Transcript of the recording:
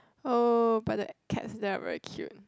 oh but the cats there are very cute